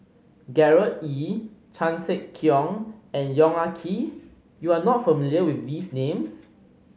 Gerard Ee Chan Sek Keong and Yong Ah Kee you are not familiar with these names